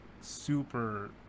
super